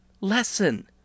lesson